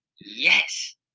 Yes